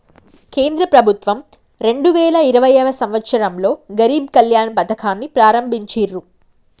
కేంద్ర ప్రభుత్వం రెండు వేల ఇరవైయవ సంవచ్చరంలో గరీబ్ కళ్యాణ్ పథకాన్ని ప్రారంభించిర్రు